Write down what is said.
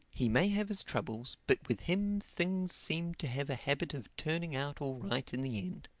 he may have his troubles but with him things seem to have a habit of turning out all right in the end.